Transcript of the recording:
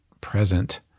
present